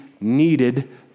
needed